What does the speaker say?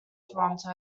toronto